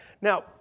Now